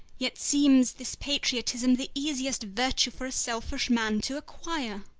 yet seems this patriotism the easiest virtue for a selfish man to acquire!